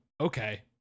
okay